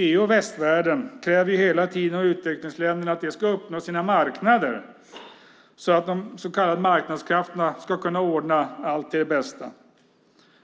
EU och västvärlden kräver hela tiden att utvecklingsländerna ska öppna sina marknader för att de så kallade marknadskrafterna ska kunna ordna allt till det bästa.